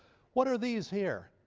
what are these here?